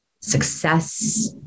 success